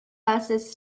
busses